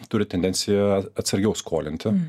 turi tendenciją atsargiau skolinti